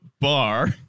bar